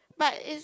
but is